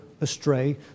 astray